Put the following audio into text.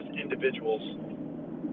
individuals